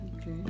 Okay